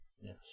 Yes